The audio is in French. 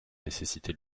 nécessiter